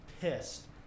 pissed